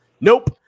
nope